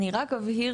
אני רק אבהיר,